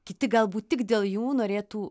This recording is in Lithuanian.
kiti galbūt tik dėl jų norėtų